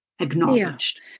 acknowledged